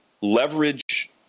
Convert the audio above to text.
leverage